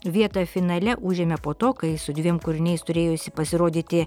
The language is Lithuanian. vietą finale užėmė po to kai su dviem kūriniais turėjusi pasirodyti